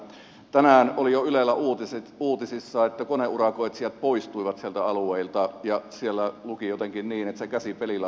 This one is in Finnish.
tänään oli jo ylellä uutisissa että koneurakoitsijat poistuivat sieltä alueilta ja siellä luki jotenkin niin että se käsipelillä hoidetaan